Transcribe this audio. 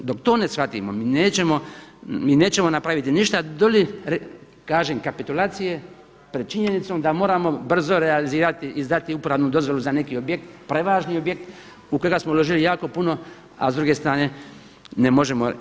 I dok to ne shvatimo mi nećemo napraviti ništa do li kažem kapitulacije pred činjenicom da moramo brzo realizirati, izdati upravnu dozvolu za neki objekt, prevažni objekt u kojega smo uložili jako puno a s druge strane ne možemo.